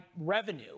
revenue